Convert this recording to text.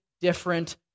different